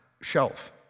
shelf